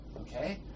Okay